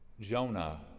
Jonah